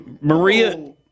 Maria